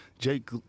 jake